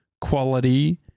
quality